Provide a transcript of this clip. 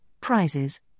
prizes